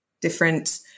different